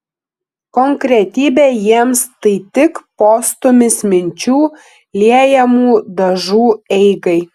konkretybė jiems tai tik postūmis minčių liejamų dažų eigai